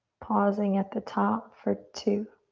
pausing at the top for two,